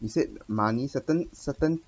is it money certain certain